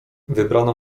wybrano